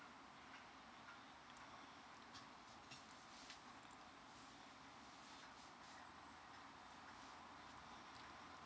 uh oh